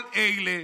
כל אלה,